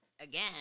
again